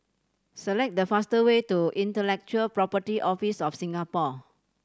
select the fastest way to Intellectual Property Office of Singapore